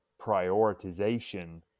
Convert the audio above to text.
prioritization